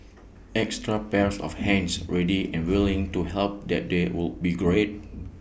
extra pairs of hands ready and willing to help that day would be great